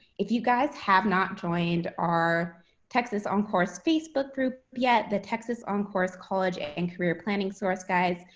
if you guys have not joined our texas oncourse facebook group yet, the texas oncourse college and career planning source, guys,